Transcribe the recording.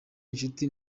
inshuti